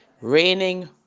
raining